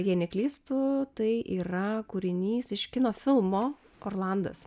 jei neklystu tai yra kūrinys iš kino filmo orlandas